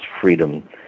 freedom